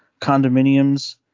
condominiums